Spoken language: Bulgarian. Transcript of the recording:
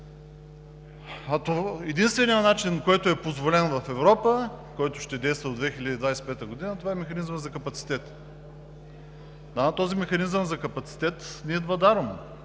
Единственият начин, който е позволен в Европа, който ще действа до 2025 г. – това е механизмът за капацитет. Да, но този механизъм за капацитет не идва даром,